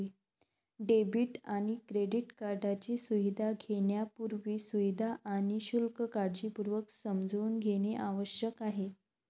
debit आणि credit कार्डची सुविधा घेण्यापूर्वी, सुविधा आणि शुल्क काळजीपूर्वक समजून घेणे आवश्यक आहे